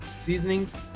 Seasonings